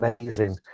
amazing